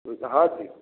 तो यह कहाँ थी